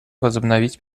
возобновить